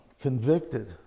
convicted